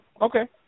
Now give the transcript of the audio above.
Okay